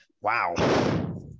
Wow